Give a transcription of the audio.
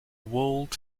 world